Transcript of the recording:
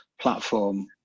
platform